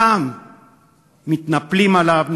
סתם מתנפלים עליו,